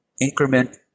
increment